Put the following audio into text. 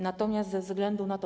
Natomiast ze względu na to.